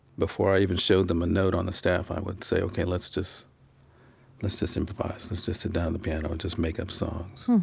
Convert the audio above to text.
before i even showed them a note on the staff i would say, ok, let's just lets just improvise, let's just sit down at the piano and just make up songs.